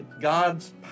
God's